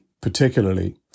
particularly